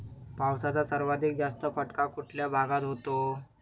पावसाचा सर्वाधिक जास्त फटका कुठल्या भागात होतो?